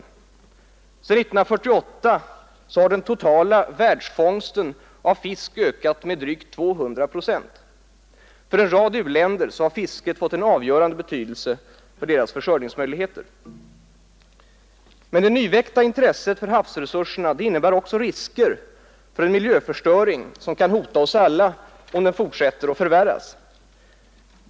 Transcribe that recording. Sedan 1948 har den totala världsfångsten av fisk ökat med drygt 200 procent. För en rad u-länder har fisket fått en avgörande betydelse för deras försörjningsmöjligheter. Men det nyväckta intresset för havsresurserna innebär också risker för en miljöförstöring som kan hota oss alla om den fortsätter och förvärras.